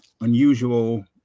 unusual